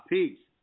Peace